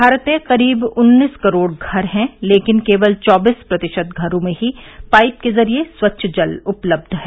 भारत में करीब उन्नीस करोड़ घर हैं लेकिन केवल चौबीस प्रतिशत घरों में ही पाइप के जरिये स्वच्छ जल उपलब्ध है